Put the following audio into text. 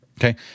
Okay